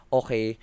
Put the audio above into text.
okay